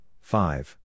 five